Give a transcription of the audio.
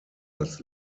als